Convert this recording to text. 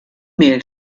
mail